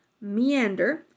Meander